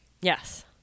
Yes